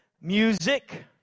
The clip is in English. music